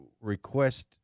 request